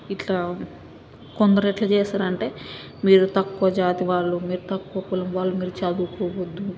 ఇట్లా కొందరు ఎట్లా చేస్తారంటే మీరు తక్కువ జాతి వాళ్ళు మీరు తక్కువ కులం వాళ్ళు మీరు చదువుకోవద్దు